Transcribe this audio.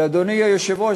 אדוני היושב-ראש,